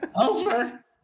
over